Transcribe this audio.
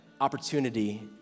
opportunity